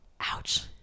Ouch